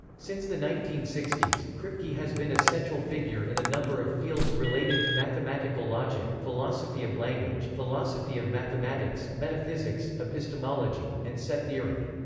since the nineteen sixty s, kripke has been a central figure in a number of fields related to mathematical logic, philosophy of language, philosophy of mathematics, metaphysics, epistemology, and set theory.